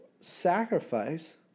sacrifice